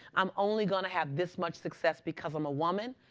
i'm only going to have this much success because i'm a woman?